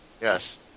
Yes